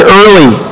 early